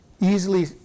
easily